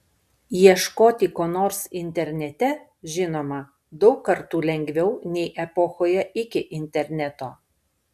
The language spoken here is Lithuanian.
ieškoti ko nors internete žinoma daug kartų lengviau nei epochoje iki interneto